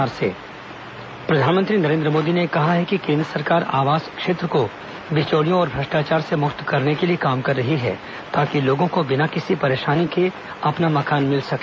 प्रधानमंत्री आवास योजना प्रधानमंत्री नरेन्द्र मोदी ने कहा है कि केंद्र सरकार आवास क्षेत्र को बिचौलियों और भ्रष्टाचार से मुक्त करने के लिए काम कर रही है ताकि लोगों को बिना किसी परेशानी के अपना मकान मिल सके